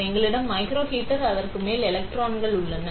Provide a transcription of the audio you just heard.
எனவே எங்களிடம் மைக்ரோஹீட்டர் மற்றும் அதன் மேல் எலக்ட்ரான்கள் உள்ளன